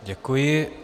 Děkuji.